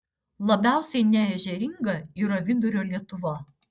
labiausiai neežeringa yra vidurio lietuva